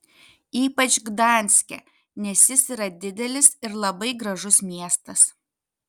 ypač gdanske nes jis yra didelis ir labai gražus miestas